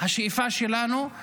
השאיפה שלנו היא